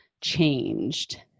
changed